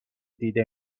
دیده